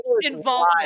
involved